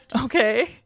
Okay